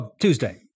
Tuesday